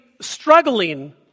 struggling